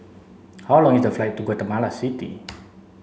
how long is the flight to Guatemala City